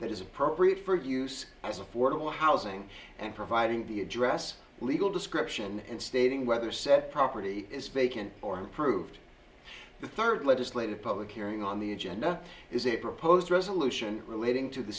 that is appropriate for use as affordable housing and providing the address legal description and stating whether said property is vacant or approved the third legislated public hearing on the agenda is a proposed resolution relating to the